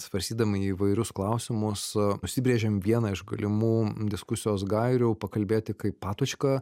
svarstydami įvairius klausimus užsibrėžėm vieną iš galimų diskusijos gairių pakalbėti kaip patočka